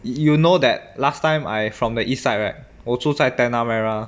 yo~ you know that last time I from the east side right 我住在 tanah merah